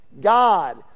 God